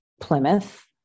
Plymouth